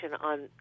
on